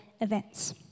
events